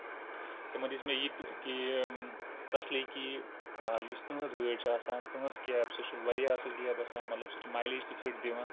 تِمن دِژ مےٚ یہِ کہِ تسلی کہِ یُس تُہنٛز گٲڑۍ چھِ آسان تُہنٛز کیب سۄ چھِ واریاہ اَصٕل کیب آسان مطلب سۄ چھ مایلیج تہِ فِٹ دِوان